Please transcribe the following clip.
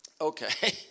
Okay